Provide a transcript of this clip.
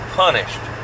punished